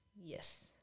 Yes